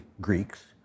Greeks